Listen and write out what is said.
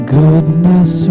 goodness